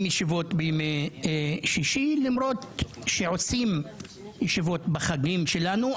ישיבות בימי שישי למרות שעושים ישיבות בחגים שלנו,